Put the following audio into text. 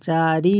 ଚାରି